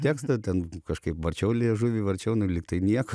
tekstą ten kažkaip varčiau liežuvį varčiau nu lyg tai nieko